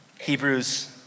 Hebrews